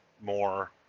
more